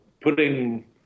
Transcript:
putting